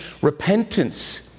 Repentance